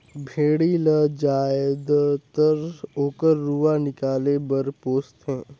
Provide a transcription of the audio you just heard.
भेड़ी ल जायदतर ओकर रूआ निकाले बर पोस थें